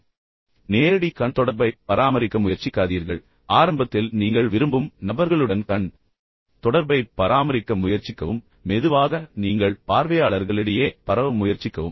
எனவே நேரடி கண் தொடர்பைப் பராமரிக்க முயற்சிக்காதீர்கள் ஆரம்பத்தில் நீங்கள் விரும்பும் நபர்களுடன் கண் தொடர்பைப் பராமரிக்க முயற்சிக்கவும் மெதுவாக நீங்கள் பார்வையாளர்களிடையே பரவ முயற்சிக்கவும்